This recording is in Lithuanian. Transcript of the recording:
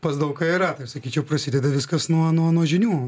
pas daug ką yra tai sakyčiau prasideda viskas nuo nuo žinių